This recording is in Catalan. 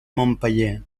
montpeller